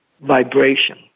vibration